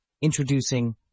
Introducing